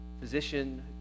physician